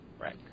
right